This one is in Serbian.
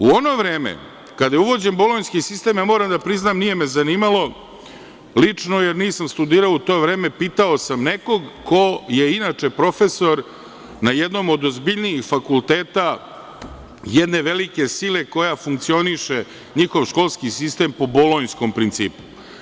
U ono vreme kada je uvođen Bolonjski sistem, moram da priznam, nije me zanimalo lično, jer nisam studirao u to vreme, pitao sam nekog ko je inače profesor na jednom od ozbiljnijih fakulteta jedne velike sile koja funkcioniše, njihov školski sistem, po bolonjskom principu.